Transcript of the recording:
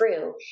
true